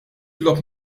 logħob